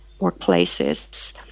workplaces